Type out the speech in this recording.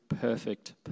perfect